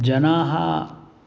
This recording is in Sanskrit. जनाः